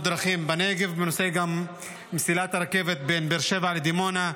הדרכים בנגב וגם בנושא מסילת הרכבת בין באר שבע לדימונה.